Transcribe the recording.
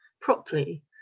properly